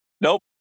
Nope